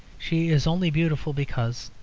she is only beautiful because,